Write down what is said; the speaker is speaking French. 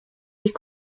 est